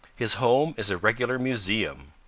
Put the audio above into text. his home is a regular museum.